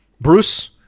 Bruce